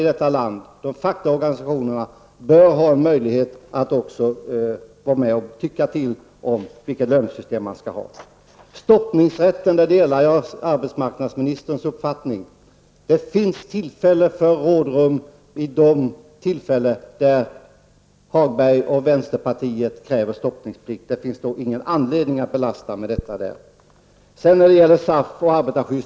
Men de fackliga organisationerna i detta land bör ha en möjlighet att också vara med och ha åsikter om vilket lönesystem man skall ha. Jag delar arbetsmarknadsministerns uppfattning om stoppningsrätten. Det finns tillfälle till rådrum i de situationer då Lars-Ove Hagberg och vänsterpartiet kräver stoppningsplikt. Det finns inte någon anledning att tro att stoppningsrätten i det här sammanhanget skall utgöra en belastning.